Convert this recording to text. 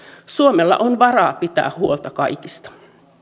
suomella on varaa pitää huolta kaikista